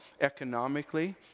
economically